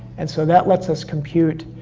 and so that lets us compute